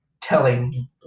telling